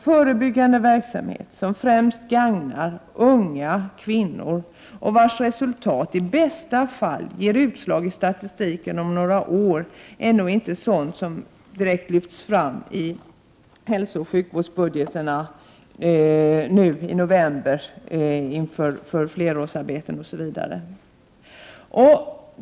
Förebyggande verksamhet som främst gagnar unga kvinnor och vars resultat i bästa fall ger utslag i statistiken om några år är nog inte sådant som lyfts fram i hälsooch sjukvårdsbudgetarna nu i november eller inför planeringen av flerårsarbeten osv.